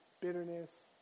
bitterness